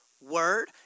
word